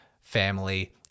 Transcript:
family